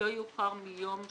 לא יאוחר מיום ד'